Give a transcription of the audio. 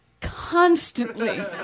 constantly